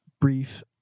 brief